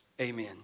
Amen